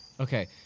Okay